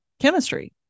chemistry